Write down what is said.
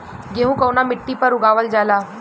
गेहूं कवना मिट्टी पर उगावल जाला?